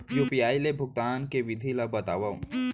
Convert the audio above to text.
UPI ले भुगतान के विधि ला बतावव